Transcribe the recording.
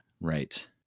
Right